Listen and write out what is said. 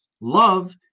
love